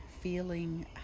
feeling